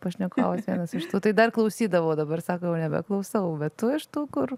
pašnekovės vienas iš tų tai dar klausydavau o dabar sako jau nebeklausau va tu iš tų kur